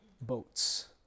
boats